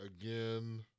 Again